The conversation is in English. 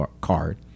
card